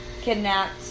kidnapped